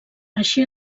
així